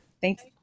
thanks